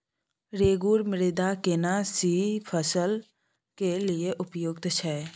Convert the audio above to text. रेगुर मृदा केना सी फसल के लिये उपयुक्त छै?